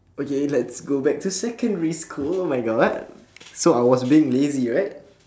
okay let's go back to secondary school oh my god so I was being lazy right